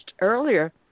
earlier